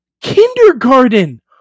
kindergarten